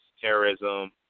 terrorism